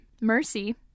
Mercy